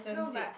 no but